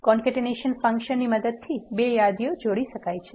concatenation ફંક્શનની મદદથી બે યાદીઓ જોડી શકાય છે